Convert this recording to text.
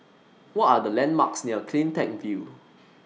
What Are The landmarks near CleanTech View